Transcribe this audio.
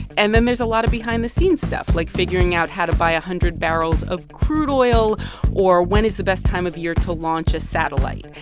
and then there's a lot of behind-the-scenes stuff, like figuring out how to buy a hundred barrels of crude oil or when is the best time of year to launch a satellite.